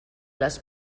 les